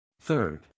Third